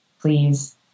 Please